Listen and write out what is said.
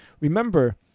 Remember